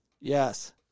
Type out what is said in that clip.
Yes